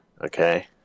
Okay